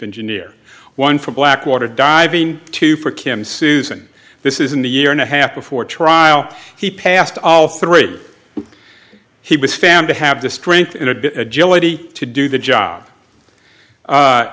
engineer one for blackwater diving two for kim susan this is in the year and a half before trial he passed all three he was found to have the strength and a bit agility to do the job